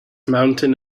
mountain